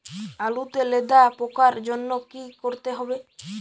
আলুতে লেদা পোকার জন্য কি করতে হবে?